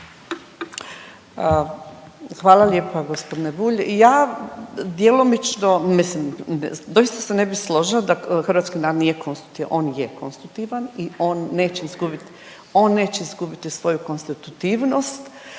Hvala lijepa gospodine Bulj. Ja djelomično, mislim doista se ne bih složila da hrvatski narod nije konstitutivan. On je konstitutivan i on neće izgubiti svoju konstitutivnost,